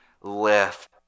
left